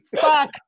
Fuck